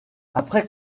après